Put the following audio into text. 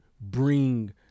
bring